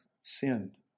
sinned